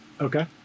Okay